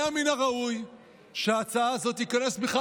היה מן הראוי שההצעה הזאת תיכנס בכלל